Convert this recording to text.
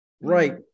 Right